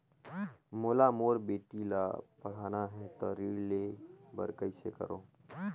मोला मोर बेटी ला पढ़ाना है तो ऋण ले बर कइसे करो